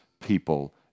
people